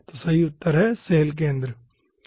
तो सही उत्तर सैल केंद्र ठीक है